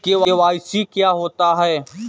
KYC क्या होता है?